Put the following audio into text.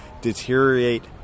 deteriorate